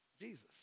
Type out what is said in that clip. Jesus